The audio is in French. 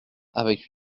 avec